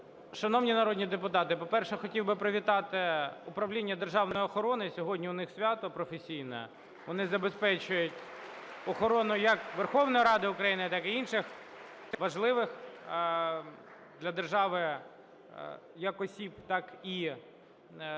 Шановні народні депутати, по-перше, хотів би привітати Управління державної охорони, сьогодні у них свято професійне. Вони забезпечують охорону як Верховної Ради України, так і інших важливих для держави як осіб, так і будівель.